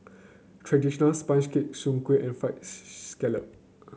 traditional sponge cake Soon Kueh and fried scallop